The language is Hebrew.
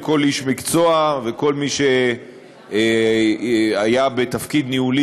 כל איש מקצוע וכל מי שהיה בתפקיד ניהולי